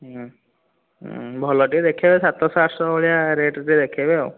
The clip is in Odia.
ହଁ ଭଲ ଟିକେ ଦେଖେଇବେ ସାତ ଶହ ଆଠ ସହ ଭଳିଆ ରେଟ୍ରେ ଟିକିଏ ଦେଖେଇବେ ଆଉ